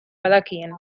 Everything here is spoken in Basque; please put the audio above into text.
badakien